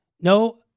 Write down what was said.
No